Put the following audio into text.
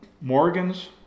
Morgans